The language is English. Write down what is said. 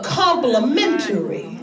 complimentary